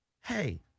hey